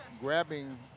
grabbing